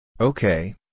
Okay